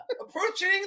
approaching